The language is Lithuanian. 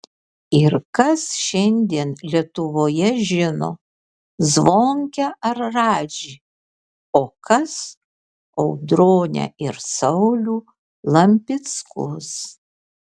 ir kas šiandien lietuvoje žino zvonkę ar radžį o kas audronę ir saulių lampickus